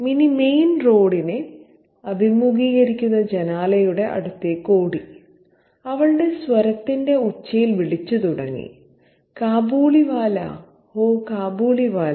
mini main റോഡിനെ അഭിമുഖീകരിക്കുന്ന ജനാലയുടെ അടുത്തേക്ക് ഓടി അവളുടെ സ്വരത്തിന്റെ ഉച്ചിയിൽ വിളിച്ചു തുടങ്ങി കാബൂളിവാല ഓ കാബൂളിവാല